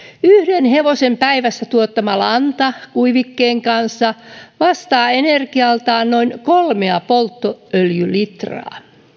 yhden hevosen päivässä tuottama lanta kuivikkeen kanssa vastaa energialtaan noin kolmea polttoöljylitraa